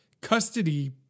custody